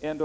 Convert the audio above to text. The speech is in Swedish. än den som i dag är faktiskt förekommande.